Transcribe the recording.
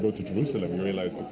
go to jerusalem, you realize,